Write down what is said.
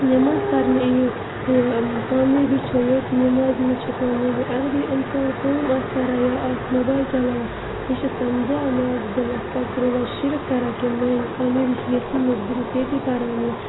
نٮ۪ماز پَرنہٕ یِیِو یہِ کامیٲبی چھو ییٚتہِ نٮ۪مازِ منٛز چھو کامیٲبی اگر یہِ اِنسان کٲم آسہِ کَران یا آسہِ موبایِل چَلاوان یہِ چھِ سَمجان ناعوذ بِللہ استغفر اللہ شِرک کَران کہِ میٛانہِ کامیٲبی چھِ ییٚتھی منٛز بہٕ چھَس ییٚتی پران یہِ